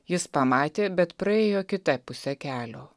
jis pamatė bet praėjo kita puse kelio